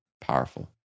powerful